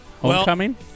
Homecoming